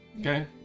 Okay